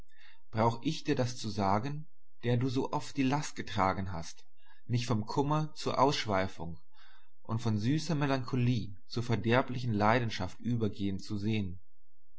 brauch ich dir das zu sagen der du so oft die last getragen hast mich vom kummer zur ausschweifung und von süßer melancholie zur verderblichen leidenschaft übergehen zu sehn